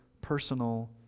personal